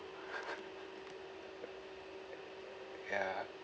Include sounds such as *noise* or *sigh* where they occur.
*laughs* ya